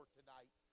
tonight